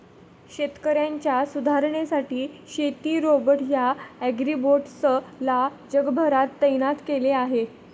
शेतकऱ्यांच्या सुधारणेसाठी शेती रोबोट या ॲग्रीबोट्स ला जगभरात तैनात केल आहे